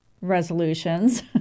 resolutions